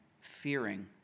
fearing